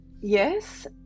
yes